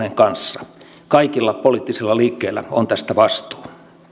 kanssa kaikilla poliittisilla liikkeillä on tästä vastuu